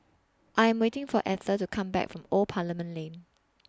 I Am waiting For Ether to Come Back from Old Parliament Lane